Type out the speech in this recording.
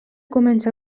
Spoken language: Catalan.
comença